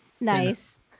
Nice